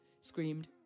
screamed